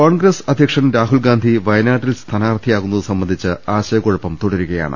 കോൺഗ്രസ് അധ്യക്ഷൻ രാഹുൽ ഗാന്ധി വയനാട്ടിൽ സ്ഥാനാർഥിയാകുന്നത് സംബന്ധിച്ച ആശയക്കുഴപ്പം തുടരുകയാണ്